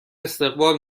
استقبال